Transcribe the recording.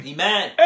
Amen